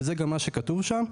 וזה גם מה שכתוב שם,